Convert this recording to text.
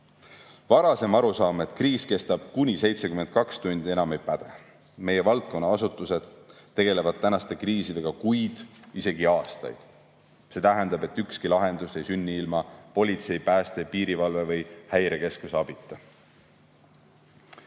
arusaam, et kriis kestab kuni 72 tundi, enam ei päde. Meie valdkonna asutused tegelevad tänaste kriisidega kuid, isegi aastaid. See tähendab, et ükski lahendus ei sünni ilma politsei, pääste, piirivalve või Häirekeskuse abita. Mul